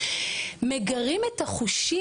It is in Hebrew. מגרים את החושים.